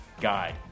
guide